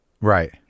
Right